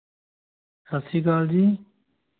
ਸਤਿ ਸ਼੍ਰੀ ਅਕਾਲ ਜੀ